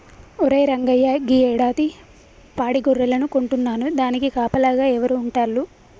ఒరే రంగయ్య గీ యాడాది పాడి గొర్రెలను కొంటున్నాను దానికి కాపలాగా ఎవరు ఉంటాల్లు